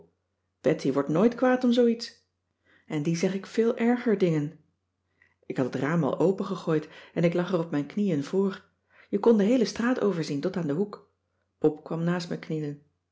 betty wordt nooit kwaad om zoo iets en die zeg ik veel erger dingen ik had het raam al opengegooid en ik lag er op mijn knieën voor je kon de heele straat overzien tot aan den hoek pop kwam naast me knielen